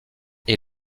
est